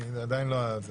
זה עדיין לא.